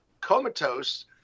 comatose